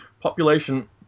population